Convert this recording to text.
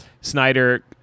Snyder